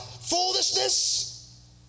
foolishness